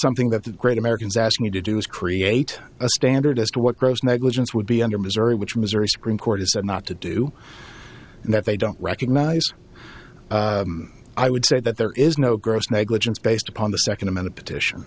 something that the great americans ask me to do is create a standard as to what gross negligence would be under missouri which missouri supreme court has said not to do and that they don't recognize i would say that there is no gross negligence based upon the second a minute petition